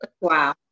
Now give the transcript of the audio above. Wow